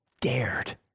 dared